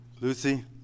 Lucy